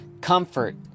comfort